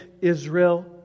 Israel